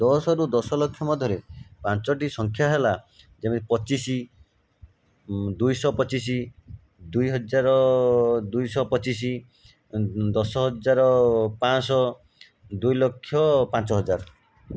ଦଶ ରୁ ଦଶ ଲକ୍ଷ ମଧ୍ୟରେ ପାଞ୍ଚଟି ସଂଖ୍ୟା ହେଲା ଯେମିତି ପଚିଶି ଦୁଇଶହ ପଚିଶି ଦୁଇ ହଜାର ଦୁଇଶହ ପଚିଶି ଦଶ ହଜାର ପାଞ୍ଚଶହ ଦୁଇ ଲକ୍ଷ ପାଞ୍ଚ ହଜାର